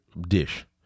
dish